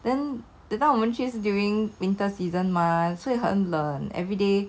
then that time 我们去 during winter season mah 所以很冷 every day